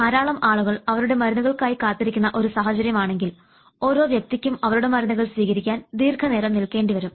ധാരാളം ആളുകൾ അവരുടെ മരുന്നുകൾക്കായി കാത്തിരിക്കുന്ന ഒരു സാഹചര്യമാണെങ്കിൽ ഓരോ വ്യക്തിക്കും അവരുടെ മരുന്നുകൾ സ്വീകരിക്കാൻ ദീർഘനേരം നിൽക്കേണ്ടി വരും